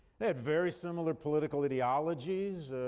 they had very similar political ideologies,